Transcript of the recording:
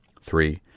three